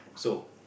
so